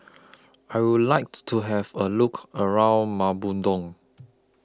I Would like to Have A Look around Maputo